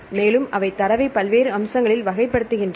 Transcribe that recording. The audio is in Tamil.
மேலும் அவை தரவை பல்வேறு அம்சங்களில் வகைப்படுத்துகின்றன